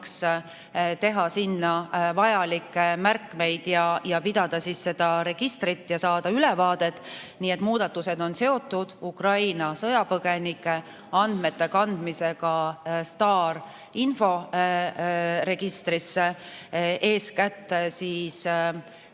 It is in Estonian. teha sinna vajalikke märkmeid ja pidada seda registrit ja saada ülevaadet. Need muudatused on seotud Ukraina sõjapõgenike andmete kandmisega STAR-i inforegistrisse, eeskätt siis